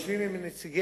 נתנו להם את כל האמצעים